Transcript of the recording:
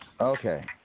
Okay